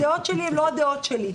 הדעות שלי הן לא הדעות שלי.